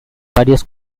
varios